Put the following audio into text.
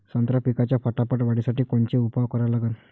संत्रा पिकाच्या फटाफट वाढीसाठी कोनचे उपाव करा लागन?